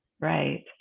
Right